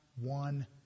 one